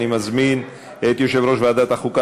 אני מזמין את יושב-ראש ועדת החוקה,